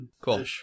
Cool